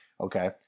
Okay